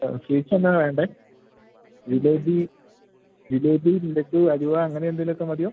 sweets എന്നാണ് വേണ്ടത് ജിലേബി ജിലേബി ലഡു ഹലുവ അങ്ങനെ എന്തേലുമൊക്കെ മതിയോ